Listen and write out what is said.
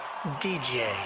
DJ